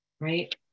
right